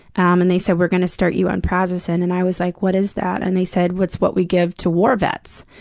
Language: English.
um and they said we're gonna start you on prazosin, and i was like, what is that? and they said, it's what we give to war vets.